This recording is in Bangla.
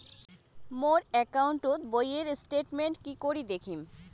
মোর একাউন্ট বইয়ের স্টেটমেন্ট কি করি দেখিম?